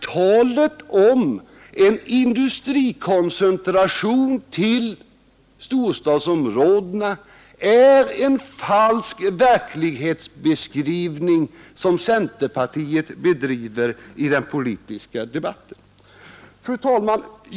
Talet om en industrikoncentration till storstadsområdena är en falsk verklighetsbe skrivning som centerpartiet gör i den politiska debatten.